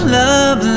love